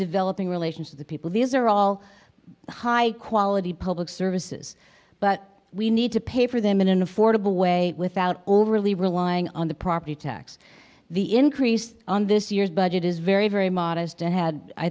developing relations to the people these are all high quality public services but we need to pay for them in an affordable way without overly relying on the property tax the increase on this year's budget is very very modest and had i